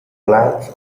plants